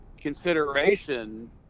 consideration